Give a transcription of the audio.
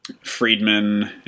friedman